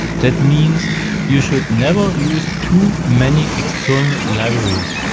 that means you should never use too many external libraries,